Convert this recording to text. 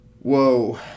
Whoa